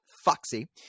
Foxy